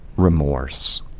remorse.